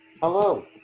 Hello